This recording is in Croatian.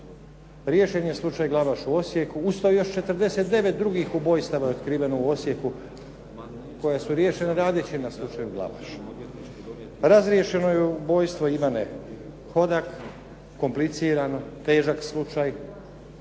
Riješen je slučaj Glavaš u Osijeku, uz to još 49 drugih ubojstava je otkriveno u Osijeku, koja su riješena radeći na slučaju Glavaš. Razrješeno je ubojstvo Ivane Hodak, kompliciran, težak slučaj,